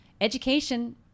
education